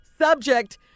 Subject